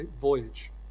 voyage